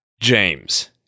James